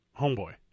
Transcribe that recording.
homeboy